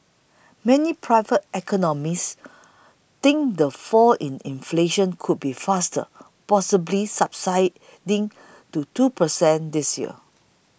many private economists think the fall in inflation could be faster possibly subsiding to two per cent this year